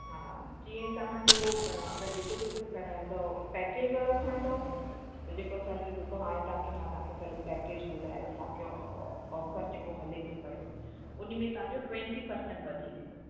हा जीअं तव्हां जो अगरि जेको जेको कराईंदव पैकेज वारो खणंदव त जेको असांजो जेको हाणे तव्हां खे मां तव्हां खे सॼो पैकेज ॿुधायो तव्हां खे ऑ ऑफ़र जेको हले थो पयो उन्हीअ में तव्हां जो ट्वेंटी परसेंट वधी वेंदो